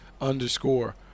underscore –